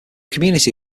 community